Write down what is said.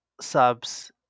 subs